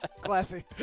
Classy